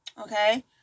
okay